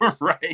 Right